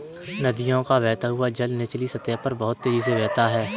नदियों का बहता हुआ जल निचली सतह पर बहुत तेजी से बहता है